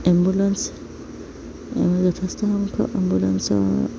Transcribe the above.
ambulance যথেষ্ট সংখ্যক এম্বুলেঞ্চৰ